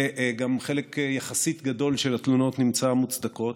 וחלק יחסית גדול של התלונות גם נמצאו מוצדקות,